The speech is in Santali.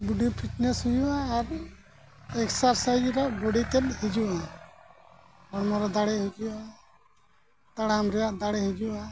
ᱵᱚᱰᱤ ᱯᱷᱤᱴᱱᱮᱥ ᱦᱩᱭᱩᱜᱼᱟ ᱟᱨ ᱮᱠᱥᱟᱨᱥᱟᱭᱤᱡᱽ ᱨᱮᱭᱟᱜ ᱵᱚᱰᱤᱛᱮᱫ ᱦᱤᱡᱩᱜᱼᱟ ᱦᱚᱲᱢᱚ ᱨᱮ ᱫᱟᱲᱮ ᱦᱤᱡᱩᱜᱼᱟ ᱛᱟᱲᱟᱢ ᱨᱮᱭᱟᱜ ᱫᱟᱲᱮ ᱦᱤᱡᱩᱜᱼᱟ